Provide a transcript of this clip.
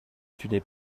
tenais